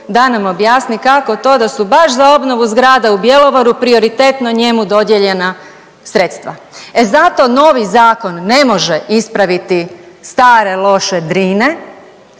da nam objasni kako to da su baš za obnovu zgrada u Bjelovaru prioritetno njemu dodijeljena sredstva. E zato novi zakon ne može ispraviti stare loše Drine